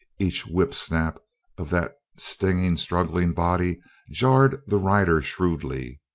each whip-snap of that stinging struggling body jarred the rider shrewdly.